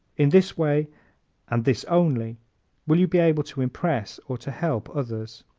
in this way and this only will you be able to impress or to help others.